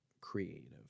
creative